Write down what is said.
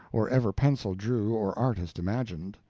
or ever pencil drew or artist imagined.